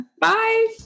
Bye